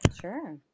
Sure